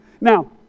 Now